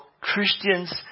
christians